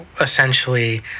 essentially